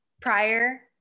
prior